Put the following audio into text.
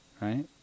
Right